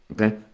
okay